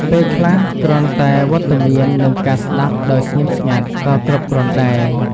ពេលខ្លះ គ្រាន់តែវត្តមាន និងការស្តាប់ដោយស្ងៀមស្ងាត់ ក៏គ្រប់គ្រាន់ដែរ។